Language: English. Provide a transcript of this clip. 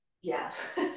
Yes